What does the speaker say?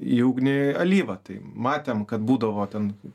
į ugnį alyvą tai matėm kad būdavo ten